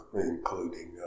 including